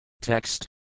Text